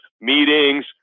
meetings